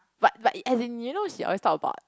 but but as in you know she always talk about